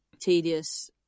tedious